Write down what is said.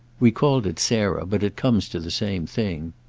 we called it sarah, but it comes to the same thing.